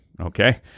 Okay